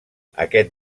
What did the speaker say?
aquest